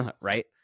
right